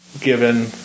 given